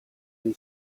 dei